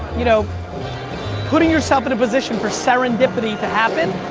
you know putting yourself in a position for serendipity to happen,